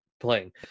playing